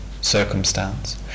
circumstance